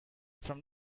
from